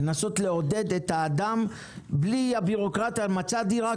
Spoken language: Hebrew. לנסות לעודד את האדם בלי הבירוקרטיה מצא דירה,